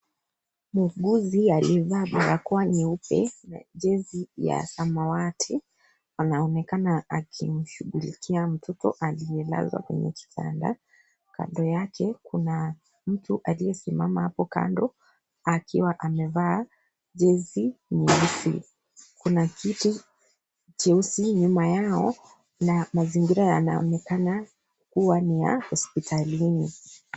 Muuguzi aliyevaa barakoa nyeupe na jezi ya samawati anaonekana akimshughulikia mtoto aliyelazwa kwenye kitanda. Kando yake kuna mtu aliyesimama hapo kando akiwa amevaa jezi nyeusi. Kuna kiti cheusi nyuma yao na mazingira yanaonekana kuwa ni ya hospitalini.